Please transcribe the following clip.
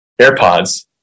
airpods